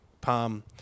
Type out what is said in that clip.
Palm